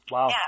Wow